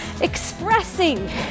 expressing